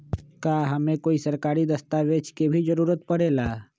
का हमे कोई सरकारी दस्तावेज के भी जरूरत परे ला?